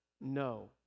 No